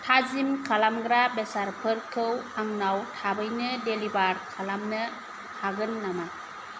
थाजिम खालामग्रा बेसारफोरखौ आंनाव थाबैनो डेलिभार खालामनो हागोन नामा